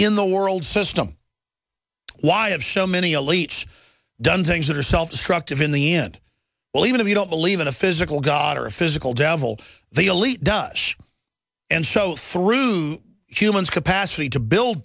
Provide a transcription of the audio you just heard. in the world system why have so many elites done things that are self destructive in the end well even if you don't believe in a physical god or a physical devil the elite does and show through humans capacity to build